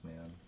man